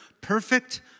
Perfect